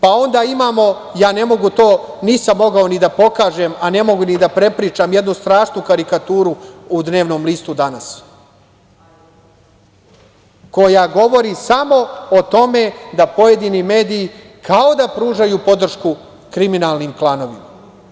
Pa, onda imamo, nisam mogao to ni da pokažem, a ne mogu ni da prepričam, jednu strašnu karikaturu u dnevnom listu „Danas“, koja govori samo o tome da pojedini mediji kao da pružaju podršku kriminalnim klanovima.